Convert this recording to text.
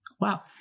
Wow